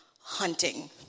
hunting